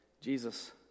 Jesus